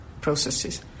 processes